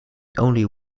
only